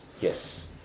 yes